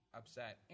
upset